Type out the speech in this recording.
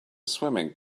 swimming